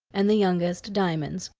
and the youngest diamonds,